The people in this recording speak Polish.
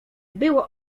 było